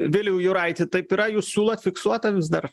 viliau juraiti taip yra jūs siūlot fiksuotą vis dar